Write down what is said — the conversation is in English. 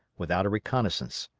without a reconnoissance.